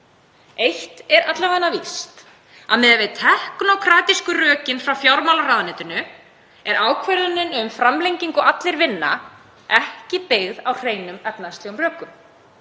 Eitt er alla vega víst: Miðað við teknókratísku rökin frá fjármálaráðuneytinu er ákvörðunin um framlengingu Allir vinna ekki byggð á hreinum efnahagslegum rökum.